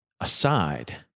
aside